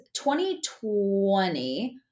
2020